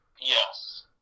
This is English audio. Yes